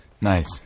Nice